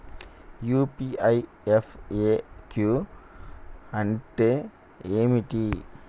UPI FAQ అంటే ఏమిటి?